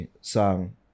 song